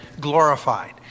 glorified